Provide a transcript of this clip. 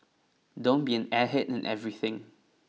don't be an airhead in everything